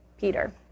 Peter